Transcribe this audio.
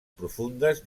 profundes